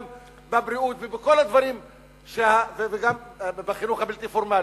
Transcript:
גם בבריאות וגם בחינוך הבלתי-פורמלי.